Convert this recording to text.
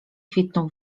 kwitną